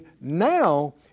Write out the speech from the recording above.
Now